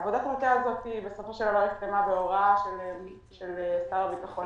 עבודת המטה הזאת הסתיימה בהוראה של שר הביטחון